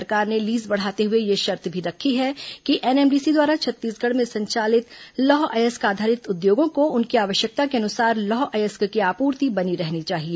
सरकार ने लीज बढ़ाते हुए यह शर्त भी रखी है कि एनएमडीसी द्वारा छत्तीसगढ़ में संचालित लौह अयस्क आधारित उद्योगों को उनकी आवश्यकता के अनुसार लौह अयस्क की आपूर्ति बनी रहनी चाहिए